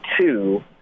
two